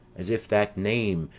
as if that name,